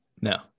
No